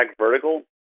vertical